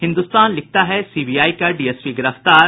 हिन्दुस्तान लिखता है सीबीआई का डीएसपी गिरफ्तार